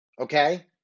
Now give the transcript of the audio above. okay